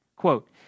Quote